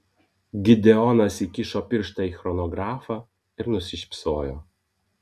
gideonas įkišo pirštą į chronografą ir nusišypsojo